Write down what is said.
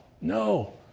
No